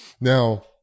Now